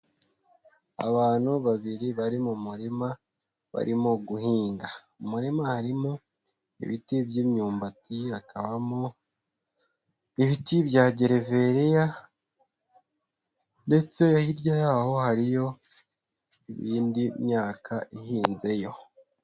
Abantu babiri bari mu murima barimo guhinga. Mu murima harimo ibiti by'imyumbati. Hakabamo ibiti bya gereveriya ndetse hirya y'aho hariyo ibindi myaka ihinze yo.